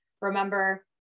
remember